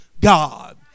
God